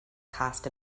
cast